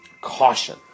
caution